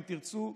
אם תרצו,